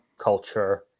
culture